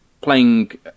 playing